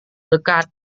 dekat